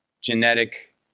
genetic